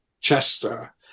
Chester